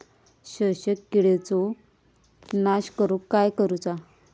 शोषक किडींचो नाश करूक काय करुचा?